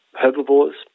herbivores